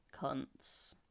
cunts